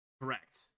Correct